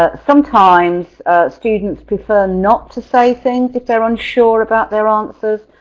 ah sometimes students prefer not to say things if they're unsure about their answers,